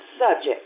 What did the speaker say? subject